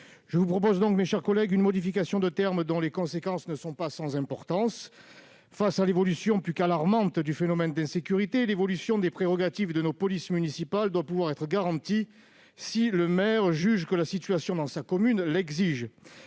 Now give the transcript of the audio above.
Je vous propose, mes chers collègues, une modification de termes dont les conséquences ne sont pas sans importance. Face à l'augmentation plus qu'alarmante du phénomène d'insécurité, l'évolution des prérogatives de nos polices municipales doit pouvoir être garantie si le maire juge que la situation dans sa commune l'exige.